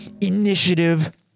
initiative